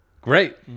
Great